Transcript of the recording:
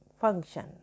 function